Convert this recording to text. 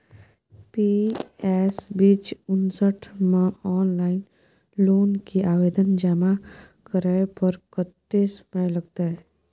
PS बीच उनसठ म ऑनलाइन लोन के आवेदन जमा करै पर कत्ते समय लगतै?